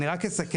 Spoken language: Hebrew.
אני רק אסכם,